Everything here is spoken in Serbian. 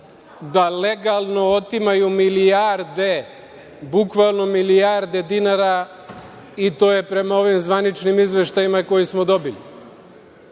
da legalno otimaju milijarde, bukvalno milijarde dinara, i to je prema ovim zvaničnim izveštajima koje smo dobili. Time